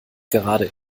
gerade